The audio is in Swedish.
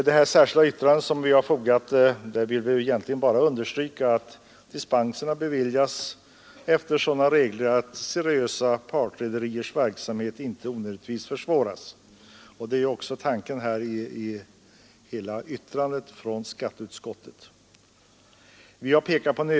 Med det särskilda yttrande som vi har avlämnat vill vi egentligen bara understryka, att dispenserna bör beviljas enligt sådana regler att seriösa rederiers verksamhet inte onödigtvis försvåras, och det är också den genomgående tanken i skatteutskottets betänkande.